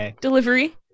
delivery